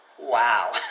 Wow